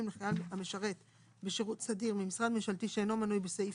לחייל המשרת בשירות סדיר ממשרד ממשלתי שאינו מנוי בסעיף